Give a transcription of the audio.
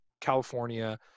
California